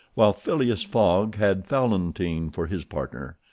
while phileas fogg had fallentin for his partner.